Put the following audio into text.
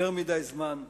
יותר מדי זמן,